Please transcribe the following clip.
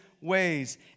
ways